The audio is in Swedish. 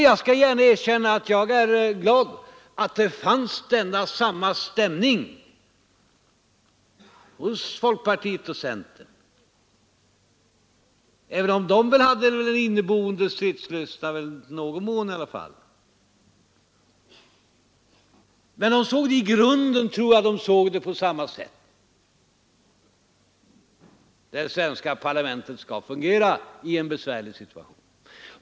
Jag skall gärna erkänna att jag är glad för att samma stämning fanns hos folkpartiet och centerpartiet, även om dessa båda partier väl också i någon mån hade en inneboende stridslystnad. Men i grunden tror jag att de såg saken på samma sätt, att det svenska parlamentet i en besvärlig situation skall fungera.